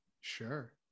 sure